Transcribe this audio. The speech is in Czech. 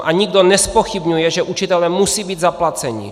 A nikdo nezpochybňuje, že učitelé musí být zaplaceni.